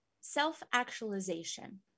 self-actualization